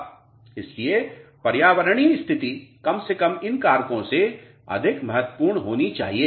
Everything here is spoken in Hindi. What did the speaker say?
इसलिए पर्यावरणीय स्थिति कम से कम इन कारकों से अधिक महत्वपूर्ण होनी चाहिए